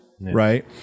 right